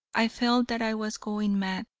i felt that i was going mad.